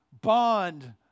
bond